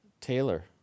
Taylor